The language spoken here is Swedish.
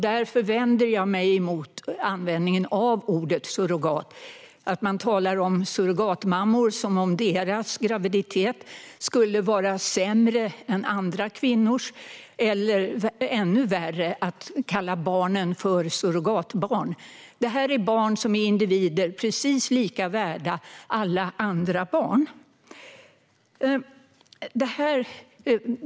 Därför vänder jag mig emot användningen av ordet "surrogat" och att man talar om surrogatmammor som om deras graviditet var sämre än andra kvinnors. Än värre vore om man kallade barnen för surrogatbarn. Det här är barn som är individer, precis lika mycket värda som alla andra barn.